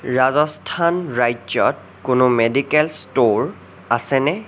ৰাজস্থান ৰাজ্যত কোনো medical store আছেনে